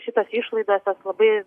šitas išlaidas jas labai